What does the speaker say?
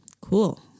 Cool